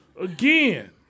again